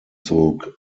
zog